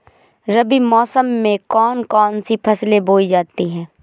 रबी मौसम में कौन कौन सी फसलें बोई जाती हैं?